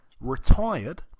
retired